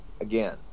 again